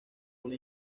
una